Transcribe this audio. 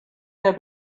der